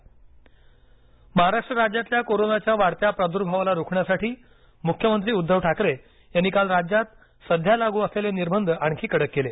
कडक निर्बंध महाराष्ट्र राज्यातल्या कोरोनाच्या वाढत्या प्रादुर्भावाला रोखण्यासाठी मुख्यमंत्री उद्धव ठाकरे यांनी काल राज्यात सध्या लागू असलेले निर्बंध आणखी कडक केले